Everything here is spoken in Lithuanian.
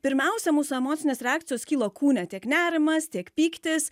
pirmiausia mūsų emocinės reakcijos kyla kūne tiek nerimas tiek pyktis